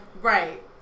Right